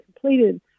completed